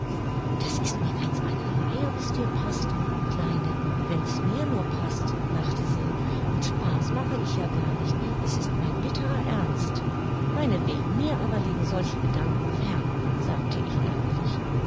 das ist mir ganz einerlei ob es dir paßt kleine wenn's mir nur paßt lachte sie und spaß mache ich ja gar nicht es ist mein bitterer ernst meinetwegen mir aber liegen solche gedanken fern sagte ich ärgerlich